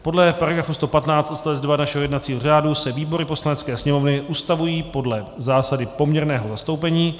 Podle § 115 odst. 2 našeho jednacího řádu se výbory Poslanecké sněmovny ustavují podle zásady poměrného zastoupení.